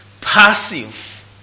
passive